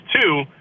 two